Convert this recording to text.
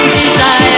desire